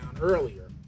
earlier